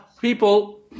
people